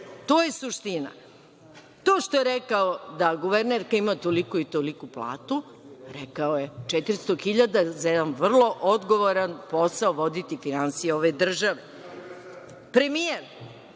To je suština. To što je rekao da guvernerka ima toliko i toliku platu, rekao je, 400 hiljada za jedan vrlo odgovoran posao, voditi finansije ove države. Premijer,